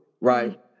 right